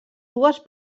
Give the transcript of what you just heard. dues